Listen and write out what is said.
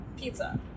pizza